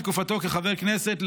בתקופתו כחבר כנסת,